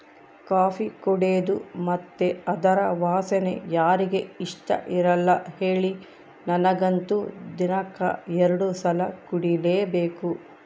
coffee ಕುಡೇದು ಮತ್ತೆ ಅದರ ವಾಸನೆ ಯಾರಿಗೆ ಇಷ್ಟಇರಲ್ಲ ಹೇಳಿ ನನಗಂತೂ ದಿನಕ್ಕ ಎರಡು ಸಲ ಕುಡಿಲೇಬೇಕು